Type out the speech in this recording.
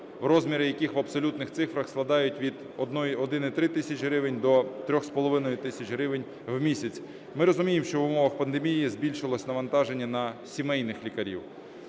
розміри яких в абсолютних цифрах складають від 1,3 тисячі гривень до 3,5 тисяч гривень в місяць. Ми розуміємо, що в умовах пандемії збільшилось навантаження на сімейних лікарів,